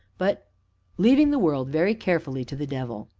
but leaving the world very carefully to the devil.